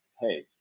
hey